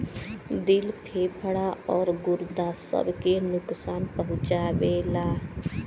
दिल फेफड़ा आउर गुर्दा सब के नुकसान पहुंचाएला